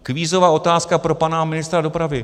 Kvízová otázka pro pana ministra dopravy.